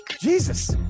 Jesus